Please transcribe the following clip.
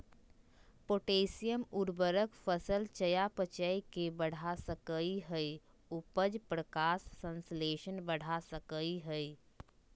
potassium उर्वरक फसल चयापचय के बढ़ा सकई हई, उपज, प्रकाश संश्लेषण बढ़ा सकई हई